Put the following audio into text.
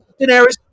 Daenerys